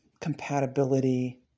compatibility